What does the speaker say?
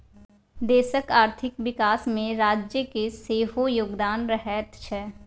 देशक आर्थिक विकासमे राज्यक सेहो योगदान रहैत छै